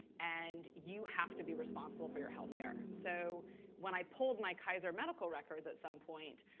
and you have to be responsible for your health care. so when i pulled my kaiser medical records at some point,